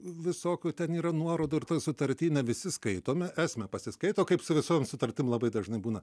visokių ten yra nuorodų ir toj sutartyj ne visi skaitome esmę pasiskaito kaip su visom sutartim labai dažnai būna